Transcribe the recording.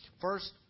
First